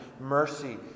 mercy